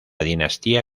dinastía